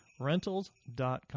Rentals.com